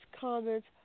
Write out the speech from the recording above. comments